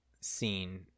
scene